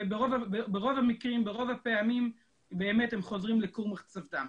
וברוב הפעמים באמת הם חוזרים לכור מחצבתם.